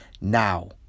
now